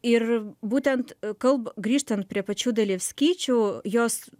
ir būtent kalb grįžtant prie pačių dalevskyčių jos